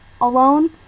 alone